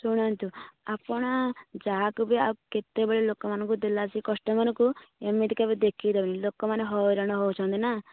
ଶୁଣନ୍ତୁ ଆପଣ ଯାହାକୁ ବି ଆଉ କେତେବେଳେ ବି ଲୋକମାନ ଙ୍କୁ ଦେଲା ବେଳକୁ କଷ୍ଟମରକୁ ଏମିତି କେବେ ଦେଖାଇବେନି ଲୋକମାନେ ହଇରାଣ ହେଉଛନ୍ତି ନା